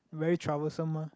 very troublesome mah